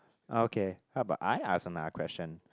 okay how about I ask another question